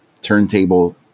turntable